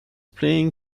playing